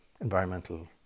environmental